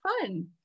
fun